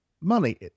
money